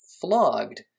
flogged